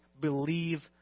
believe